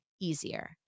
easier